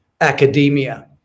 academia